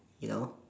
you know